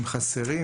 הם חסרים.